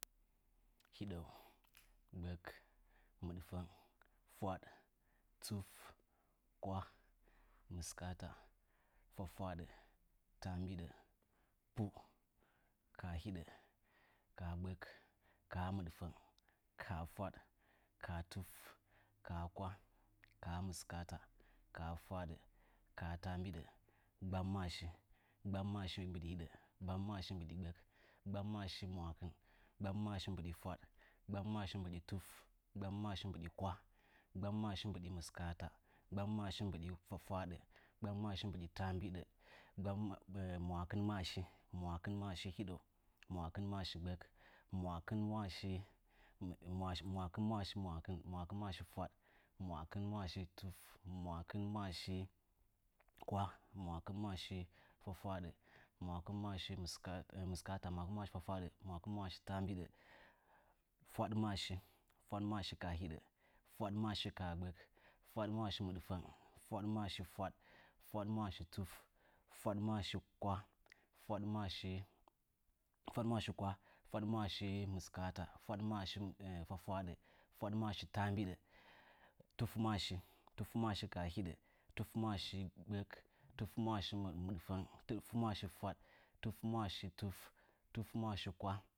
Hiɗu gbək miɗfəng fwaɗ tuf kwah mɨskəta fwafwəɗə təmbiɗa pu kə hiɗa kə gbək kə midfəng kə fwaɗ kətuf kə kwah kə mɨskə kətəmbiɗa gbamməshi gbammashi mbaɗi hiɗə gbammanəshi mɨɗi hiɗə gbamməshi mɨɗigbək gbamməshi mbɨɗi mwəkɨn gbammbəshi mbɨɗi fwaɗ gbammasashi mbɨɗi tuf gbamməshi mbiɗi kwah gbamməshi mbiɗi miskəta gbammashi mbiɗi fwafwəɗə gbamməshi mbɨɗi tə ambiɗə gbamməshi mwwakɨnməshi mwəkɨnməshi hiɗou mwəkɨruməshi gbək mwəkɨnməshi mɨɗf mwəkɨn mwəkɨnməshi fwaɗ mwəkɨnməshi tuf mwwakinmanshi kwah mwəkɨnməshi fwafwəɗə mwəkɨnməshi mɨskəta, mwəkɨnməshi fwafwəɗa mwəkɨnməshi təmbiɗə fwaɗməshi fwaɗmashi kəhiɗə fwaɗməshi kə gbək fwaɗməshi mɨɗfang fwaɗməshi fwaɗ fnaɗməshi tuf fwaɗməshi kwah fwaɗməshi kwah fwaɗməshi mɨskəta fwaɗməshi fwafwədə tufməshi tufməshi kə hiɗə tufməshi gbək tufməshi mɨɗfəng tufməshi fwaɗ tufməshi tuf tufməshi kwah